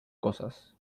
cosas